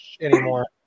anymore